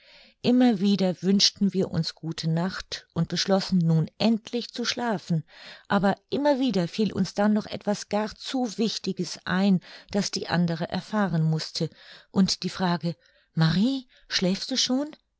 immer wieder wünschten wir uns gute nacht und beschlossen nun endlich zu schlafen aber immer wieder fiel uns dann noch etwas gar zu wichtiges ein das die andere erfahren mußte und die frage marie schläfst du schon